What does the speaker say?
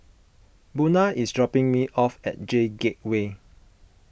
Buna is dropping me off at J Gateway